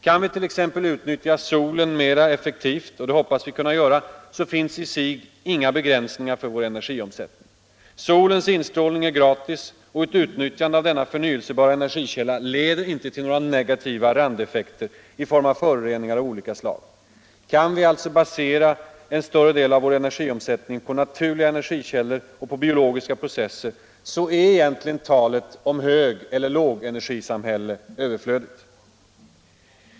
Kan vi t.ex. utnyttja solen mera effektivt — och det hoppas vi kunna göra — så finns i sig inga begränsningar för vår energiomsättning. Solens instrålningar är gratis, och ett utnyttjande av denna förnyelsebara energikälla leder inte till några negativa randeffekter i form av föroreningar av olika slag. Kan vi alltså basera en större del av vår energiomsättning på naturliga energikällor och på biologiska processer är egentligen talet om högeller lågenergisamhälle överflödigt.